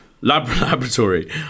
Laboratory